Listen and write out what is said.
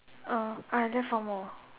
uh I have left one more